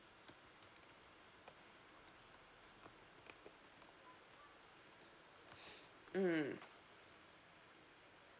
mm